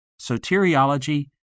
soteriology